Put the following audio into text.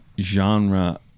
genre